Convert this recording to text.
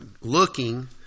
looking